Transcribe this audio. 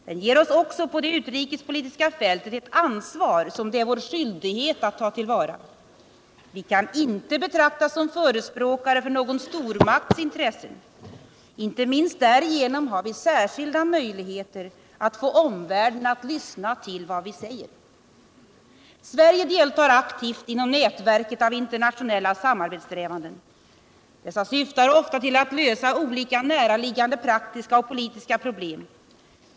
Den ger oss också på det utrikespolitiska fältet ett ansvar som det är vår skyldighet att ta till vara. Vi kan inte betraktas som förespråkare för någon stormakts intressen. Inte minst därigenom har vi särskilda möjligheter att få omvärlden att lyssna till vad vi säger. Sverige deltar aktivt inom nätverket av internationella samarbetssträvanden. Dessa syftar ofta till att lösa olika näraliggande praktiska och politiska problem.